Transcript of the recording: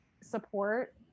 support